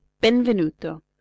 Benvenuto